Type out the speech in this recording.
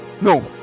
No